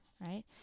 Right